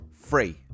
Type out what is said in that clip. free